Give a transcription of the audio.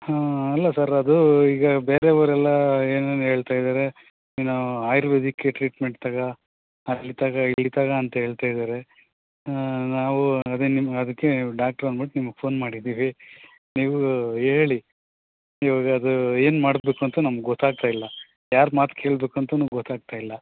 ಹಾಂ ಅಲ್ಲ ಸರ್ ಅದು ಈಗ ಬೇರೆಯವರೆಲ್ಲಾ ಏನೇನು ಹೇಳ್ತ ಇದಾರೆ ನೀನು ಆಯುರ್ವೇದಿಕ್ಕೆ ಟ್ರೀಟ್ಮೆಂಟ್ ತಗೋ ಅಲ್ಲಿ ತಗೋ ಇಲ್ಲಿ ತಗೋ ಅಂತ ಹೇಳ್ತ ಇದಾರೆ ನಾವು ಅದೆ ನಿಮ್ಗೆ ಅದಕ್ಕೆ ಡಾಕ್ಟ್ರು ಅಂದ್ಬುಟ್ಟು ನಿಮಿಗೆ ಫೋನ್ ಮಾಡಿದ್ದೀವಿ ನೀವು ಹೇಳಿ ಇವಾಗ ಅದು ಏನು ಮಾಡಬೇಕು ಅಂತ ನಮ್ಗೆ ಗೊತ್ತಾಗ್ತಾ ಇಲ್ಲ ಯಾರ ಮಾತು ಕೇಳಬೇಕು ಅಂತಲೂ ಗೊತ್ತಾಗ್ತಾ ಇಲ್ಲ